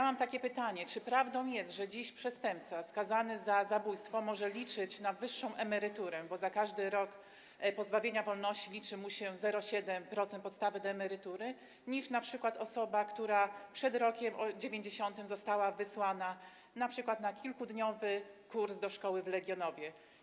Mam takie pytanie: Czy prawdą jest, że dziś przestępca skazany za zabójstwo może liczyć na wyższą emeryturę, bo za każdy rok pozbawienia wolności liczy mu się 0,7% podstawy do emerytury, niż np. osoba, która przed rokiem 1990 została wysłana na kilkudniowy kurs do szkoły w Legionowie?